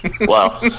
Wow